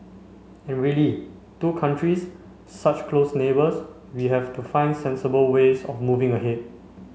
and really two countries such close neighbours we have to find sensible ways of moving ahead